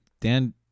Dan